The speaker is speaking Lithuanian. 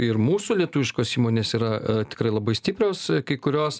ir mūsų lietuviškos įmonės yra tikrai labai stiprios kai kurios